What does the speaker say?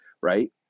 right